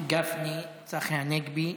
צחי הנגבי,